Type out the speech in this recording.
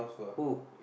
who